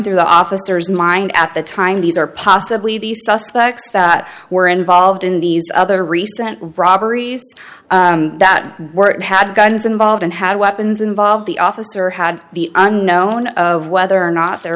through the officer's mind at the time these are possibly the suspects that were involved in these other recent robberies that were had guns involved and had weapons involved the officer had the unknown of whether or not there